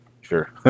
Sure